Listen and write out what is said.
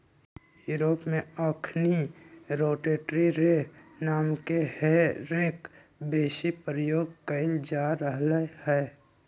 Europe में अखनि rotary रे नामके हे रेक बेशी प्रयोग कएल जा रहल हइ